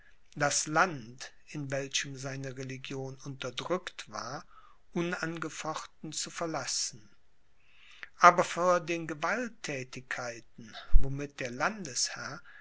das land in welchem seine religion unterdrückt war unangefochten zu verlassen aber vor den gewalttätigkeiten womit der